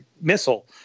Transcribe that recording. missile